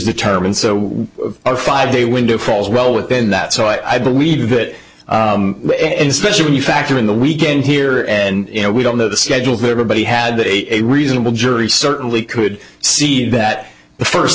determined so a five day window falls well within that so i believe that it is specially when you factor in the weekend here and you know we don't know the schedule that everybody had a reasonable jury certainly could see that the first